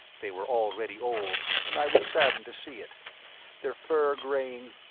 they were already old, and i was saddened to see it their fur graying,